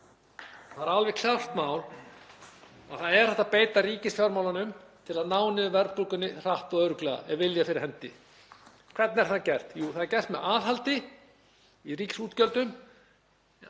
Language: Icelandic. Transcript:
Það er alveg klárt mál að það er hægt að beita ríkisfjármálunum til að ná niður verðbólgunni hratt og örugglega ef vilji er fyrir hendi. Hvernig er það gert? Jú, það er gert með aðhaldi í ríkisútgjöldum